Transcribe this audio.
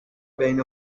بین